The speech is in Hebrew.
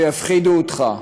שיפחידו אותך.